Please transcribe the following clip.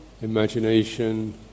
imagination